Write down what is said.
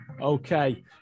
Okay